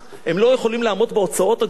הם לא יכולים לעמוד בהוצאות הגדולות.